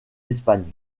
espagne